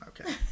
Okay